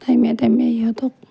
টাইমে টাইমে সিহঁতক